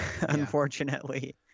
unfortunately